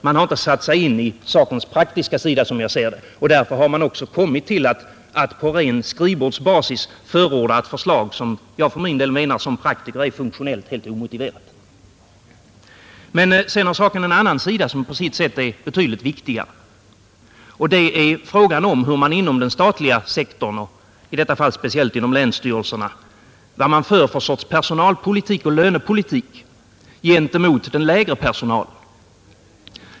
Man har enligt min uppfattning inte satt sig in i sakens praktiska sida, och därför har man också på ren skrivbordsbasis kommit fram till förslag som jag som praktiker anser helt omotiverade. Dessutom har saken en annan sida som på sitt sätt är betydligt viktigare. Det är frågan om vad man önskar för sorts personalpolitik och lönepolitik gentemot den lägre personalen inom den statliga sektorn, i detta fall speciellt inom länsstyrelserna.